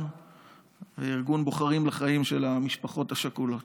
וארגון בוחרים לחיים של המשפחות השכולות.